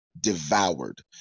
devoured